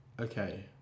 Okay